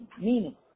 Meaning